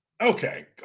Okay